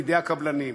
בידי הקבלנים,